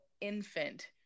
infant